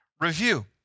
review